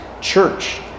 church